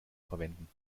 verwenden